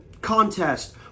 contest